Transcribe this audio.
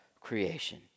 creation